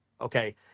Okay